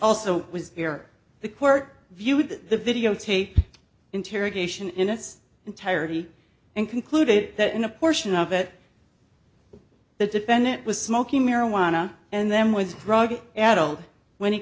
also was the court view that the videotape interrogation in its entirety and concluded that in a portion of it the defendant was smoking marijuana and then was drug addled when he